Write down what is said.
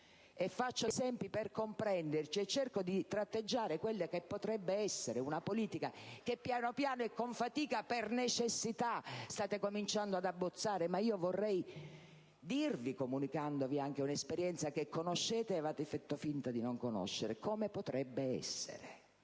degli esempi, per comprenderci, cercando di tratteggiare quella che potrebbe essere una politica che, piano piano e con fatica, per necessità, state cominciando ad abbozzare. Vorrei dirvi, comunicandovi un'esperienza che conoscete, ma che fate finta di non conoscere, come potrebbe essere.